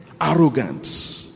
arrogant